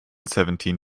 seventeen